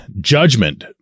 judgment